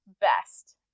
best